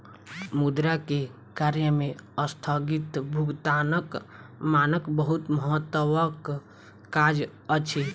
मुद्रा के कार्य में अस्थगित भुगतानक मानक बहुत महत्वक काज अछि